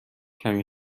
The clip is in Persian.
کمی